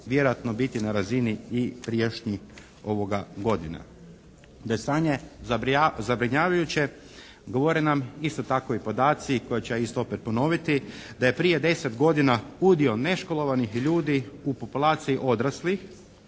vjerojatno biti na razini i prijašnjih godina. Da je stanje zabrinjavajuće govore nam isto tako i podaci koje ću ja isto opet ponoviti. Da je prije 10 godina udio neškolovanih ljudi u populaciji odraslih,